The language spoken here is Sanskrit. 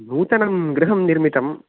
नूतनं गृहं निर्मितं